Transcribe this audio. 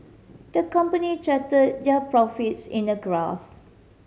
the company charted their profits in a graph